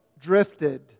drifted